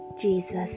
Jesus